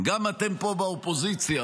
גם אתם פה באופוזיציה,